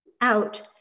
out